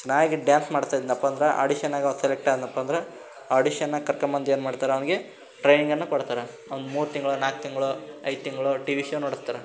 ಚೆನ್ನಾಗಿ ಡ್ಯಾನ್ಸ್ ಮಾಡ್ತಾ ಇದ್ದನಪ್ಪ ಅಂದ್ರೆ ಆಡಿಷನಾಗ ಅವ ಸೆಲೆಕ್ಟ್ ಆದನಪ್ಪ ಅಂದ್ರೆ ಆಡಿಷನ್ನಾಗ ಕರ್ಕೋಬಂದು ಏನ್ಮಾಡ್ತಾರೆ ಅವ್ನಿಗೆ ಟ್ರೈನಿಂಗನ್ನು ಕೊಡ್ತಾರೆ ಒಂದು ಮೂರು ತಿಂಗಳೋ ನಾಲ್ಕು ತಿಂಗಳೋ ಐದು ತಿಂಗಳೋ ಟಿವಿ ಶೋ ನಡೆಸ್ತಾರ